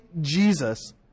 Jesus